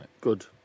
good